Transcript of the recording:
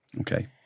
Okay